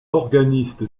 organiste